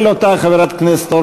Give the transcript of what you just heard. של אותה חברת הכנסת,